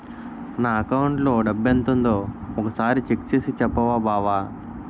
నా అకౌంటులో డబ్బెంతుందో ఒక సారి చెక్ చేసి చెప్పవా బావా